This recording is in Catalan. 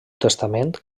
testament